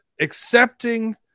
accepting